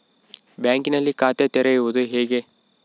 ಬ್ಯಾಂಕಿನಲ್ಲಿ ಖಾತೆ ತೆರೆಯುವುದು ಹೇಗೆ?